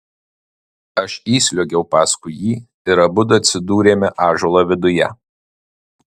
aš įsliuogiau paskui jį ir abudu atsidūrėme ąžuolo viduje